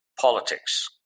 Politics